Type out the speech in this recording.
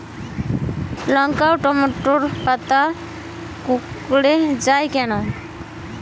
লঙ্কা ও টমেটোর পাতা কুঁকড়ে য়ায় কেন?